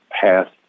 passed